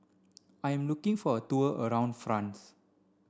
I am looking for a tour around France